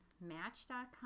Match.com